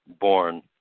born